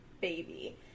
baby